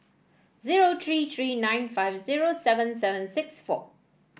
zero three three nine five zero seven seven six four